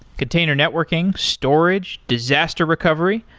container networking, storage, disaster recovery,